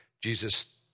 Jesus